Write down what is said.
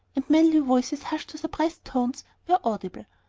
and manly voices hushed to suppressed tones were audible.